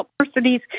universities